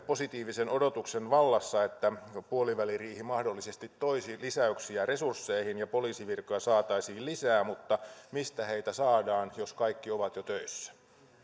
positiivisen odotuksen vallassa että puoliväliriihi mahdollisesti toisi lisäyksiä resursseihin ja poliisivirkoja saataisiin lisää mutta mistä heitä saadaan jos kaikki ovat jo töissä